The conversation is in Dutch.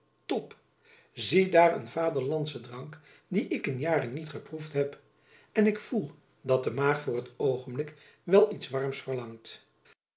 top zie daar een vaderlandschen drank dien ik in jaren niet geproefd heb en ik voel dat de maag voor t oogenblik wel iets warms verlangt